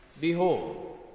behold